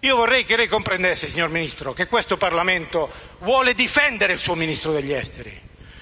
Vorrei che lei, signor Ministro, comprendesse che questo Parlamento vuole difendere il suo Ministro degli affari